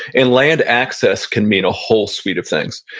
and land access can mean a whole suite of things.